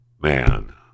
man